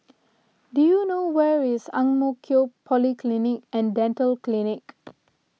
do you know where is Ang Mo Kio Polyclinic and Dental Clinic